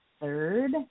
third